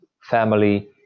family